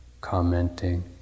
commenting